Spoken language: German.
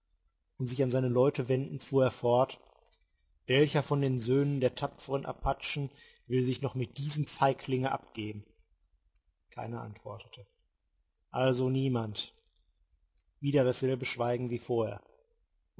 und sich an seine leute wendend fuhr er fort welcher von den söhnen der tapferen apachen will sich noch mit diesem feiglinge abgeben keiner antwortete also niemand wieder dasselbe schweigen wie vorher